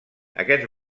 aquests